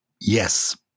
yes